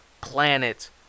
Planet